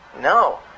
No